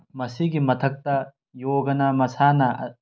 ꯃꯁꯤꯒꯤ ꯃꯊꯛꯇ ꯌꯣꯒꯅ ꯃꯁꯥꯅ